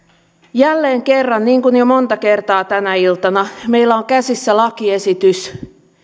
jälleen kerran niin kuin jo monta kertaa tänä iltana meillä on käsissä lakiesitys